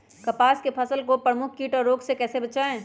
कपास की फसल को प्रमुख कीट और रोग से कैसे बचाएं?